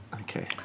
Okay